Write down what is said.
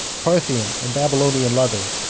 parthian and babylonian leather,